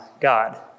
God